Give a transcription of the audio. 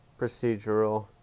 Procedural